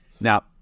Now